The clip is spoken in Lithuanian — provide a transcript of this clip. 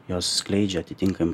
jos skleidžia atitinkamą